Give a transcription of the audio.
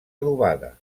adobada